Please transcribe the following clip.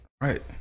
right